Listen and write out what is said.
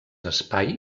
espai